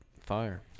fire